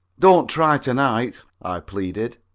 don't try to to-night, i pleaded.